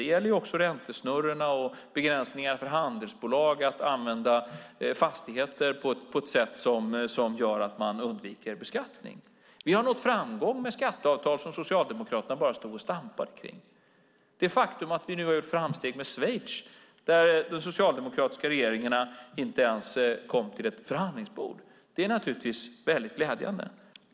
Det gäller också räntesnurrorna och begränsningarna för handelsbolag att använda fastigheter på ett sätt som undviker beskattning. Vi har nått framgång med skatteavtal som Socialdemokraterna bara stod och stampade runt. Det faktum att vi har gjort framsteg med Schweiz, där den socialdemokratiska regeringen inte ens kom till ett förhandlingsbord, är naturligtvis glädjande.